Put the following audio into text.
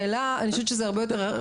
האם את רואה את זה כפגם?